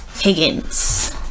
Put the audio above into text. Higgins